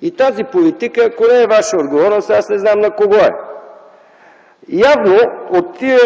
И тази политика, ако не е Ваша отговорност, аз не знам на кого е!? Явно от тези